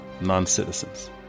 non-citizens